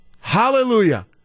Hallelujah